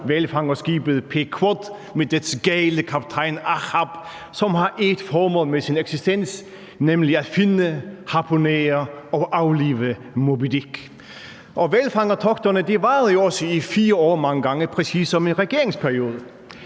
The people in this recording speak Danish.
hvalfangerskibet »Pequod« med dets gale kaptajn, Ahab, som har et formål med sin eksistens, nemlig at finde, harpunere og aflive Moby Dick. Og hvalfangertogterne varede jo også mange gange i 4 år præcis som en regeringsperiode.